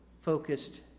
focused